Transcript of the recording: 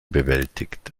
bewältigt